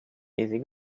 easy